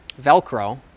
Velcro